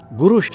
guru